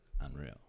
unreal